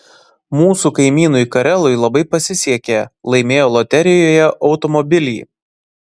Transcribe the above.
mūsų kaimynui karelui labai pasisekė laimėjo loterijoje automobilį